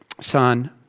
Son